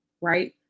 right